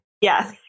Yes